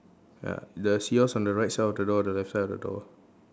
ya does yours on the right side of the door or the left side of the door